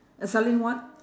uh selling what